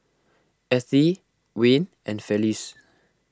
Ethie Wayne and Felice